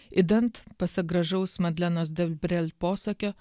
idant pasak gražaus madlenos debrel posakio